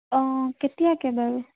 অঁ কেতিয়াকৈ বাৰু